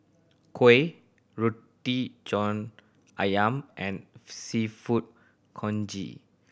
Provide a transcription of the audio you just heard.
kuih Roti John Ayam and Seafood Congee